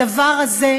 הדבר הזה,